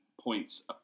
points